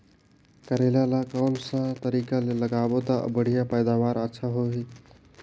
करेला ला कोन सा तरीका ले लगाबो ता बढ़िया पैदावार अच्छा होही?